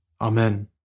Amen